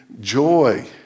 joy